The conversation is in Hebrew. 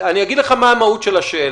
אני אגיד לך מה מהות השאלה: